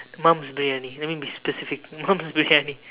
mom's briyani let me be specific mom's briyani